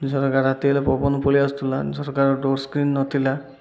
ଝରକାର ରାତି ହେଲେ ପବନ ପଳାଇ ଆସୁଥିଲା ଝରକାର ଡୋର ସ୍କ୍ରନ୍ ନଥିଲା